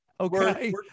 okay